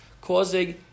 causing